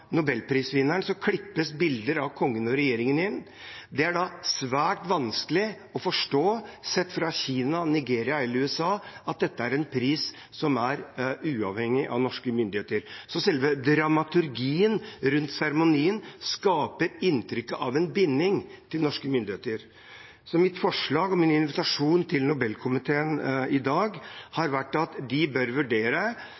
Nobelprisvinneren klippes inn bilder av kongen og regjeringen, er det svært vanskelig å forstå, sett fra Kina, Nigeria eller USA, at dette er en pris som er uavhengig av norske myndigheter. Så selve dramaturgien rundt seremonien skaper inntrykk av en binding til norske myndigheter. Mitt forslag, min invitasjon, til Nobelkomiteen i dag